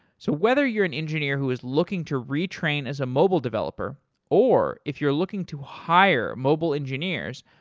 so whether you're an engineer who's looking to retrain as a mobile developer or if you're looking to hire mobile engineers,